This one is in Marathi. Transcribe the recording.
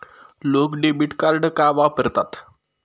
लोक डेबिट कार्ड का वापरतात?